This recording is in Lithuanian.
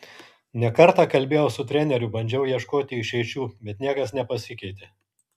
ne kartą kalbėjau su treneriu bandžiau ieškoti išeičių bet niekas nepasikeitė